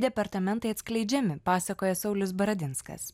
departamentai atskleidžiami pasakoja saulius baradinskas